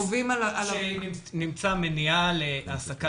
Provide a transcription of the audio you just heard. נמצאה מניעה להעסקה